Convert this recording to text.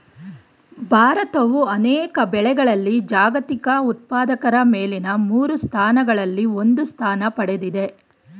ಭಾರತವು ಅನೇಕ ಬೆಳೆಗಳಲ್ಲಿ ಜಾಗತಿಕ ಉತ್ಪಾದಕರ ಮೇಲಿನ ಮೂರು ಸ್ಥಾನಗಳಲ್ಲಿ ಒಂದು ಸ್ಥಾನ ಪಡೆದಿದೆ